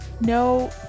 No